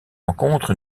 encontre